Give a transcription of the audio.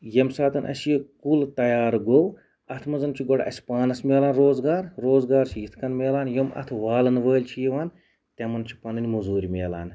ییٚمہِ ساتَن اَسہِ یہِ کُل تَیار گوٚو اَتھ مَنٛزَن چھُ گۄڈٕ اَسہِ پانَس مِلان روزگار روزگار چھُ یِتھ کَنۍ مِلان یِم اَتھ والَن وٲلۍ چھِ یِوان تِمَن چھِ پَنٕنۍ موٚزوٗرۍ مِلان